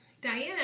diana